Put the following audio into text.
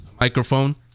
microphone